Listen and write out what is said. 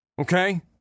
okay